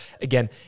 Again